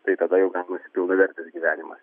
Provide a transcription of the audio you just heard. tai tada jau gaunasi pilnavertis gyvenimas